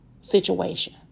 situation